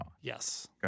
Yes